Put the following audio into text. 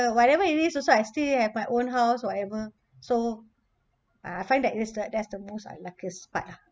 whatever it is also I still have my own house whatever so I find that's the that's the most Iuckiest part lah